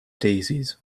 daisies